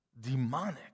demonic